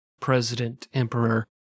president-emperor